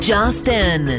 Justin